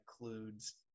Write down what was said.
includes